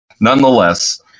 nonetheless